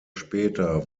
später